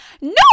no